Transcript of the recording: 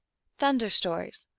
thunder stories.